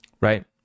right